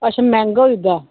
अच्छा मैंह्गा होई गेदा